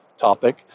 topic